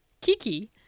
Kiki